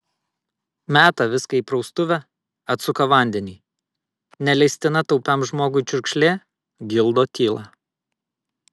meta viską į praustuvę atsuka vandenį neleistina taupiam žmogui čiurkšlė gildo tylą